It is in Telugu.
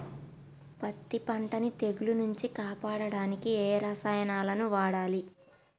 పత్తి పంటని తెగుల నుంచి కాపాడడానికి ఏ రసాయనాలను వాడాలి?